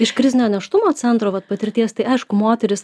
iš krizinio nėštumo centro vat patirties tai aišku moterys